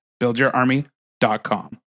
buildyourarmy.com